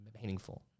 meaningful